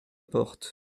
porte